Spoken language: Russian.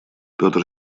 петр